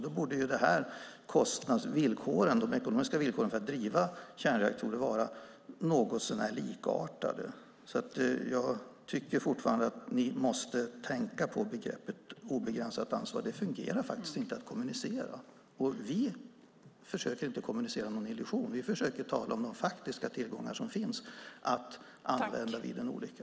Då borde de ekonomiska villkoren för att driva kärnreaktorer vara något så när likartade. Jag tycker fortfarande att ni måste tänka på begreppet "obegränsat ansvar". Att kommunicera det fungerar inte. Vi försöker inte kommunicera någon illusion, utan vi försöker tala om de faktiska tillgångar som finns för att användas vid en olycka.